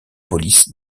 police